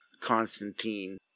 Constantine